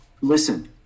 Listen